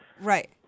Right